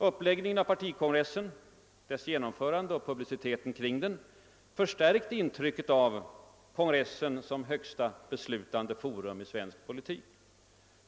Uppläggningen av årets partikongress, dess genomförande och publiciteten kring den förstärkte intrycket av kongressen som högsta beslutande forum i svensk politik.